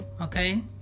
okay